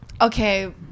Okay